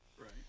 Right